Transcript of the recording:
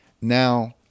Now